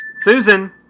Susan